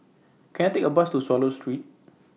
Can I Take A Bus to Swallow Street